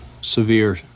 severe